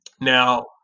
Now